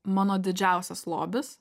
mano didžiausias lobis